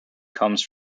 comes